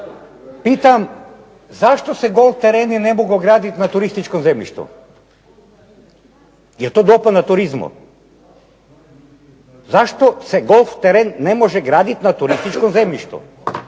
Pitam zašto se golf tereni ne mogu graditi na turističkom zemljištu? Jel' to dopuna turizmu? Zašto se golf teren ne može graditi na turističkom zemljištu?